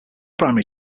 primary